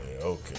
Okay